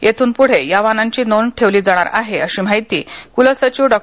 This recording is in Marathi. येथून पुढे या वाहनांची नोंद ठेवली जाणार आहे अशी माहिती कुलसचिव डाँ